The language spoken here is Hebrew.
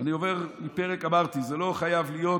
אני עובר פרק, אמרתי, זה לא חייב להיות